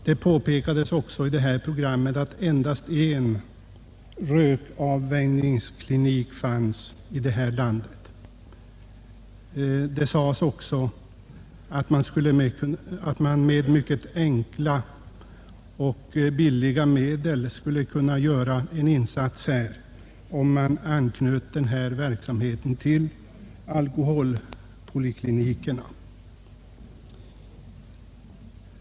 Det påpekades också i programmet att det bara finns en rökavvänjningsklinik här i landet men att man skulle kunna göra en insats med mycket enkla och billiga medel, om verksamheten anknöts till alkoholpoliklinikerna.